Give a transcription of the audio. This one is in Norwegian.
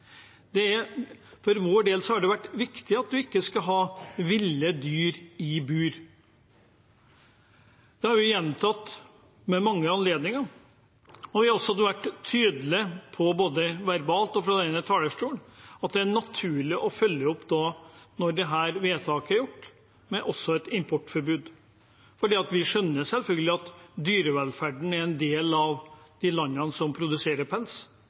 er viktig. For vår del har det vært viktig at man ikke skal ha ville dyr i bur. Det har vi gjentatt ved mange anledninger. Vi har vært tydelige, både verbalt og fra denne talerstolen, på at det er naturlig å følge opp når dette vedtaket er gjort, med et importforbud, for vi skjønner selvfølgelig at dyrevelferden i en del av de landene som produserer pels,